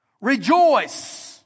Rejoice